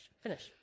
finish